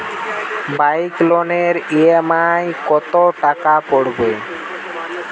Bike লোনের EMI কত টাকা পড়বে?